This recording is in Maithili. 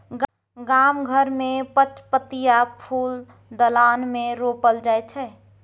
गाम घर मे पचपतिया फुल दलान मे रोपल जाइ छै